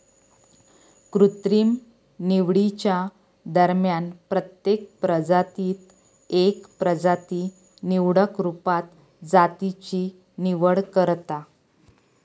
कृत्रिम निवडीच्या दरम्यान प्रत्येक प्रजातीत एक प्रजाती निवडक रुपात जातीची निवड करता